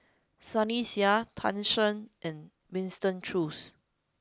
Sunny Sia Tan Shen and Winston Choos